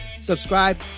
Subscribe